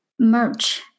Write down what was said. merch